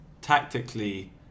tactically